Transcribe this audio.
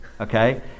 okay